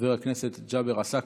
חבר הכנסת ג'אבר עסאקלה,